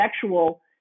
sexual